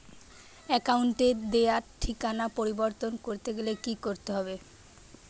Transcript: অ্যাকাউন্টে দেওয়া ঠিকানা পরিবর্তন করতে গেলে কি করতে হবে?